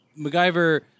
MacGyver